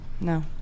No